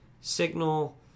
signal